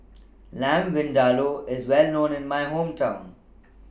Lamb Vindaloo IS Well known in My Hometown